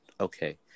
okay